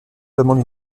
demande